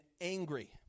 angry